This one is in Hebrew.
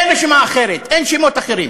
אין רשימה אחרת, אין שמות אחרים.